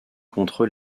contre